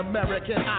American